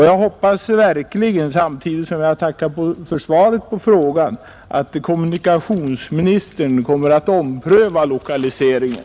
Jag hoppas verkligen — samtidigt som jag tackar för svaret på frågan — att kommunikationsministern kommer att ompröva lokaliseringen.